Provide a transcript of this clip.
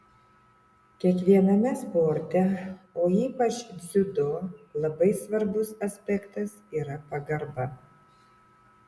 kiekviename sporte o ypač dziudo labai svarbus aspektas yra pagarba